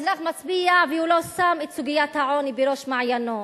הוא לא שם את סוגיית העוני בראש מעייניו.